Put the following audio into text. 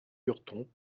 lurton